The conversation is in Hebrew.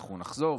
כשאנחנו נחזור,